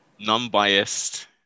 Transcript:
non-biased